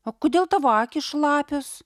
o kodėl tavo akys šlapios